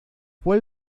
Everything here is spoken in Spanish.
fue